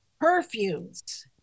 perfumes